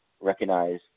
recognize